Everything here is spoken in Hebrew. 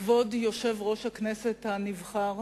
כבוד יושב-ראש הכנסת הנבחר